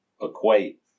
equate